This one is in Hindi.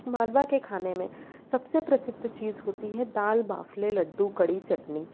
मालवा के खाने में सबसे प्रसिद्ध चीज होती है दाल बाफले लड्डू कढ़ी चटनी